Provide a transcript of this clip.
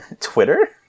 Twitter